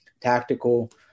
tactical